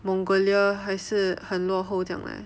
mongolia 还是很落后这样 leh